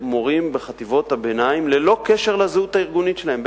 מורים בחטיבות הביניים ללא קשר לזהות הארגונית שלהם,